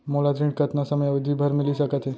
मोला ऋण कतना समयावधि भर मिलिस सकत हे?